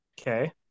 Okay